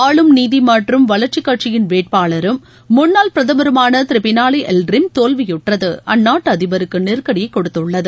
ஆளும் நீதி மற்றும் வளர்ச்சி கட்சியின் வேட்பாளரும் முன்னாள் பிரதமருமான திரு பினாலி எவ்டிரிம் தோல்வியுற்றது அந்நாட்டு அதிபருக்கு நெருக்கடியை கொடுத்துள்ளது